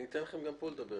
אני אתן לכם גם פה לדבר.